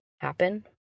happen